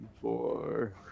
four